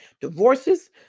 divorces